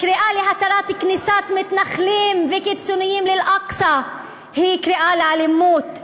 הקריאה להתרת כניסת מתנחלים וקיצוניים לאל-אקצא היא קריאה לאלימות,